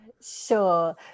Sure